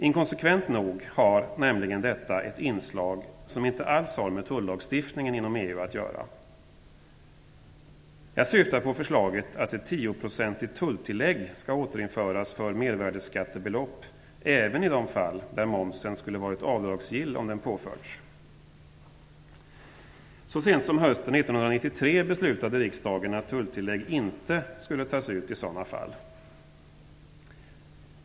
Inkonsekvent nog har detta ett inslag som inte alls har med tullagstiftningen inom EU att göra. Jag syftar på förslaget att ett tioprocentigt tulltillägg skall återinföras för mervärdesskattebelopp även i de fall där momsen skulle ha varit avdragsgill om den påförts. Så sent som hösten 1993 beslutade riksdagen att tulltillägg inte skulle tas ut i sådana fall.